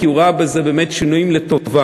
כי הוא ראה בהם באמת שינויים לטובה,